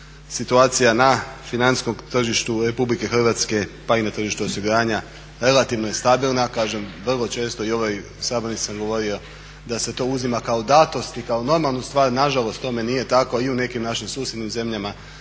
Situacija na financijskom tržištu Republike Hrvatske pa i na tržištu osiguranja relativno je stabilna. Kažem, vrlo često i ovoj sabornici sam govorio da se to uzima kao datost i kao normalnu stvar, nažalost tome nije tako. I u nekim našim susjednim zemljama,